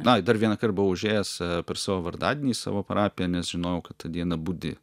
ai dar vienąkart buvau užėjęs per savo vardadienį į savo parapiją nes žinojau kad tą dieną budi